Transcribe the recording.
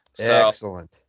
Excellent